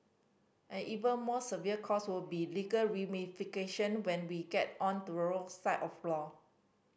an even more severe cost would be legal ramification when we get on the wrong side of law